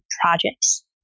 projects